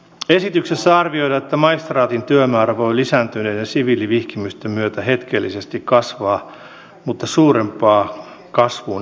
esityksessä arvioidaan että maistraatin työmäärä voi lisääntyneiden siviilivihkimisten myötä hetkellisesti kasvaa mutta suurempaan kasvuun ei uskota